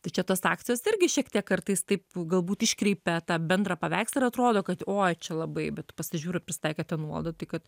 ta čia tos akcijos irgi šiek tiek kartais taip galbūt iškreipia tą bendrą paveikslą ir atrodo kad oi čia labai bet pasižiūriu prisitaikaitė ta nuolaida kad